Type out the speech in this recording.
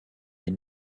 une